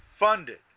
funded